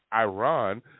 Iran